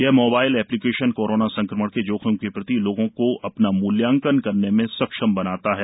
यह mobile application corona संक्रमण के जोखिम के प्रति लोगों को अपना मूलय्यांकन करने में सक्षम बनाता है